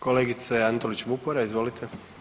Kolegice Antolić Vupora, izvolite.